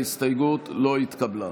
ההסתייגות לא התקבלה.